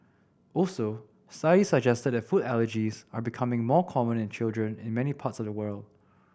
also studies suggest that food allergies are becoming more common in children in many parts of the world